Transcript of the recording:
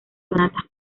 sonatas